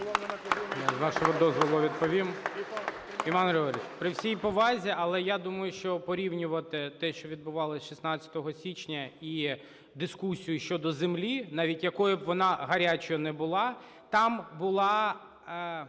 З вашого дозволу, відповім. Іване Григоровичу, при всій повазі, але я думаю, що порівнювати те, що відбувалося 16 січня, і дискусію щодо землі, навіть якою б вона гарячою не була, там була